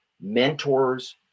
mentors